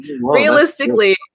realistically